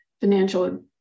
financial